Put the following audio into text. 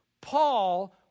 Paul